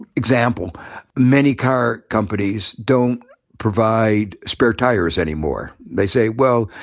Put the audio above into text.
example many car companies don't provide spare tires anymore. they say well,